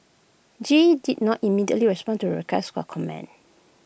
G E did not immediately respond to requests for comment